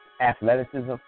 athleticism